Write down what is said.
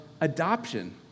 adoption